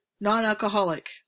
Non-Alcoholic